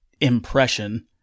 impression